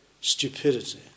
stupidity